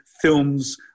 films